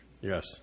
Yes